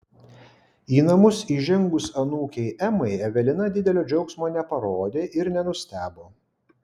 į namus įžengus anūkei emai evelina didelio džiaugsmo neparodė ir nenustebo